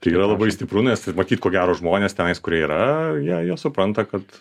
tai yra labai stipru nes matyt ko gero žmonės tenais kurie yra jie jie supranta kad